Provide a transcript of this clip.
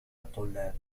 الطلاب